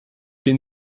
den